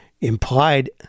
implied